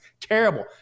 Terrible